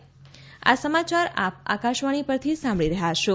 corona appeal આ સમાચાર આપ આકાશવાણી પરથી સાંભળી રહ્યા છો